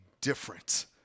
different